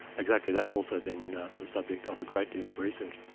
exactly, that's also been a subject of a great deal of research,